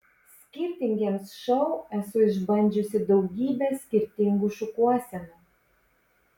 skirtingiems šou esu išbandžiusi daugybę skirtingų šukuosenų